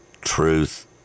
Truth